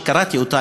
שקראתי אותה,